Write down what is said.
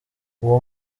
uwo